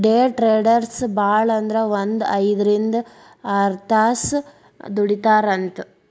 ಡೆ traders ಭಾಳಂದ್ರ ಒಂದ್ ಐದ್ರಿಂದ್ ಆರ್ತಾಸ್ ದುಡಿತಾರಂತ್